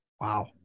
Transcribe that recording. Wow